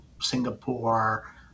Singapore